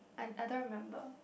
I I don't remember